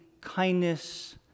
kindness